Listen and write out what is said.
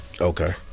okay